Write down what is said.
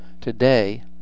Today